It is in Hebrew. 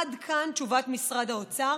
עד כאן תשובת משרד האוצר.